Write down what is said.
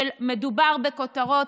שמדובר בכותרות.